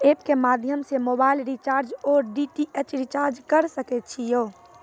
App के माध्यम से मोबाइल रिचार्ज ओर डी.टी.एच रिचार्ज करऽ सके छी यो?